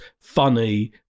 funny